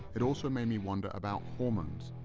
it also made me wonder about hormones.